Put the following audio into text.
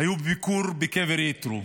היו בביקור בקבר יתרו,